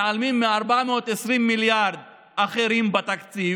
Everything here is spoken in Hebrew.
הרי אי-אפשר להבין למה מתעלמים מ-420 מיליארד אחרים בתקציב